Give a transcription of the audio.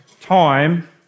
time